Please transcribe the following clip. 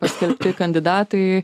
paskelbti kandidatai